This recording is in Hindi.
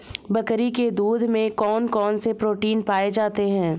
बकरी के दूध में कौन कौनसे प्रोटीन पाए जाते हैं?